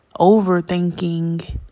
overthinking